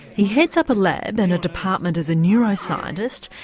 he heads up a lab and a department as a neuroscientist,